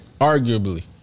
Arguably